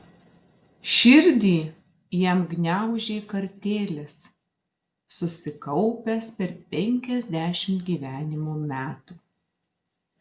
širdį jam gniaužė kartėlis susikaupęs per penkiasdešimt gyvenimo metų